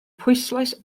pwyslais